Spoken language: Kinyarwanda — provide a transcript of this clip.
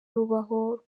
rubaho